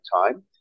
time